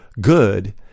good